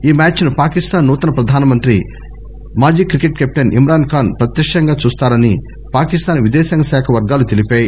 ఈ మ్యాచ్ను పాకిస్టాన్ నూతన ప్రధాని మాజీ కిక్రెట్ కెప్టెన్ ఇమ్రాన్ ఖాన్ ప్రత్యక్షంగా చూస్తారని పాకిస్తాన్ విదేశాంగ శాఖ వర్గాలు తెలిపాయి